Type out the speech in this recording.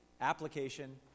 Application